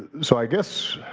so i guess